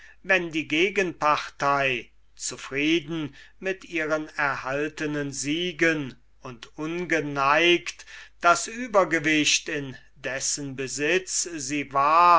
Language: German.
wenn die gegenpartei zufrieden mit ihren erhaltenen siegen und ungeneigt das übergewicht in dessen besitz sie war